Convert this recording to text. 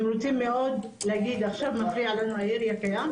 הם מאוד רוצים להגיד עכשיו מפריע לנו הירי הקיים,